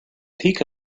peak